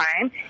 time